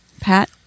Pat